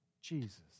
Jesus